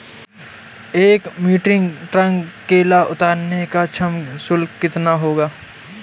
एक metric ton केला उतारने का श्रम शुल्क कितना होगा?